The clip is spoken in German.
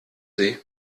sie